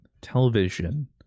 television